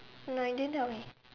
no you didn't tell me